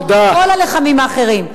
וכל הלחמים האחרים,